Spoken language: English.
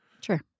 Sure